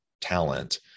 talent